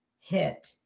hit